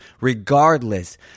regardless